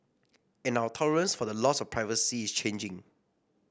and our tolerance for the loss of privacy is changing